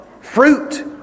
Fruit